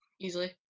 easily